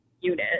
unit